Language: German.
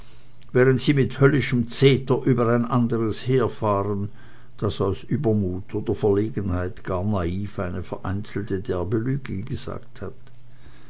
während sie mit höllischem zeter über ein anderes herfahren das aus übermut oder verlegenheit ganz naiv eine vereinzelte derbe lüge gesagt hat